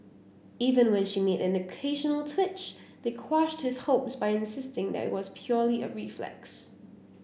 even when she made an occasional twitch they quashed his hopes by insisting that it was purely a reflex